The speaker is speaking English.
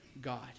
God